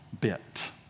bit